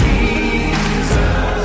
Jesus